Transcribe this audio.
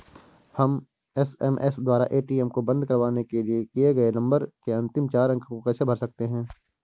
हम एस.एम.एस द्वारा ए.टी.एम को बंद करवाने के लिए लिंक किए गए नंबर के अंतिम चार अंक को कैसे भर सकते हैं?